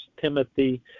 Timothy